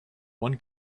one